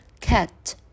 cat